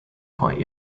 quite